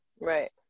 Right